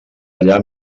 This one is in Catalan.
allà